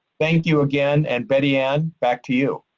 thank you again, and betty-ann, back to you.